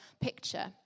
picture